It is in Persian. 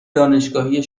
دانشگاهی